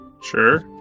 Sure